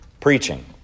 Preaching